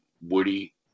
woody